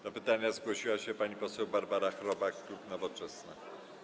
Do pytania zgłosiła się pani poseł Barbara Chrobak, klub Nowoczesna.